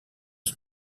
une